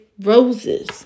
roses